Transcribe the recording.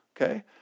Okay